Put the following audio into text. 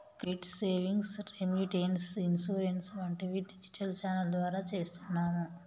credit savings, remittance, insurance వంటివి digital channel ద్వారా చేస్తున్నాము